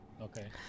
Okay